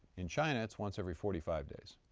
in china, it's once every forty five days.